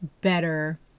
better